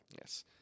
yes